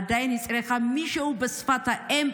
עדיין היא צריכה מישהו בשפת האם,